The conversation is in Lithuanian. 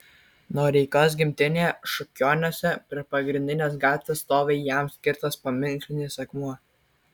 noreikos gimtinėje šukioniuose prie pagrindinės gatvės stovi jam skirtas paminklinis akmuo